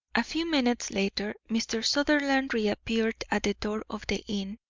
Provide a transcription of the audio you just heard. a few minutes later mr. sutherland reappeared at the door of the inn,